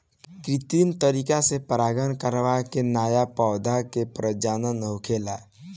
कित्रिम तरीका से परागण करवा के नया पौधा के प्रजनन होखेला